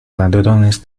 ladrones